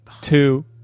two